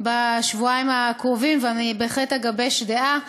בשבועיים הקרובים, ובהחלט אגבש דעה.